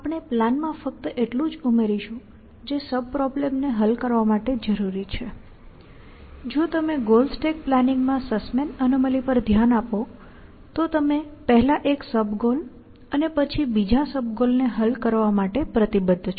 જો તમે goal stack પ્લાનિંગમાં સસ્મેન એનોમલી Sussmans anomaly પર ધ્યાન આપો તો તમે પહેલા એક સબ ગોલ અને પછી બીજા સબ ગોલને હલ કરવા માટે પ્રતિબદ્ધ છો